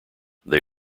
they